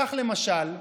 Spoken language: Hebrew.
למשל,